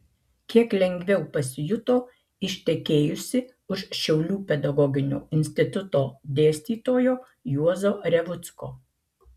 kiek lengviau pasijuto ištekėjusi už šiaulių pedagoginio instituto dėstytojo juozo revucko